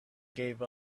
gave